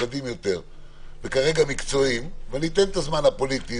ממוקדים יותר ומקצועיים אני אתן את הזמן הפוליטי.